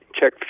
check